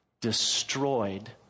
destroyed